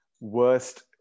worst